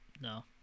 No